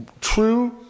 true